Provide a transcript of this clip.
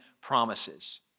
promises